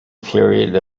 period